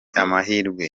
amahirwe